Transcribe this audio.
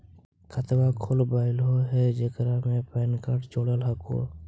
खातवा खोलवैलहो हे जेकरा मे पैन कार्ड जोड़ल हको?